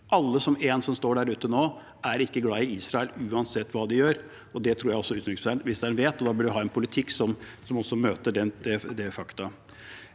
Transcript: Alle som én som står der ute nå, er ikke glad i Israel, uansett hva de gjør, og det tror jeg også utenriksministeren vet. Da burde man ha en politikk som også møter det faktumet.